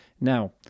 Now